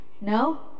No